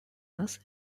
нас